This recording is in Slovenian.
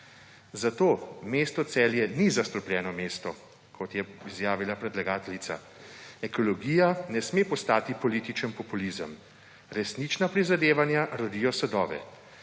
zato mesto Celje ni zastrupljeno mesto, kot je izjavila predlagateljica. Ekologija ne sme postati politični populizem. Resnična prizadevanja rodijo sadove.